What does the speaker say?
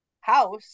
house